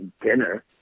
dinner